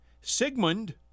Sigmund